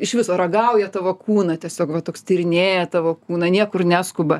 iš viso ragauja tavo kūną tiesiog va toks tyrinėja tavo kūną niekur neskuba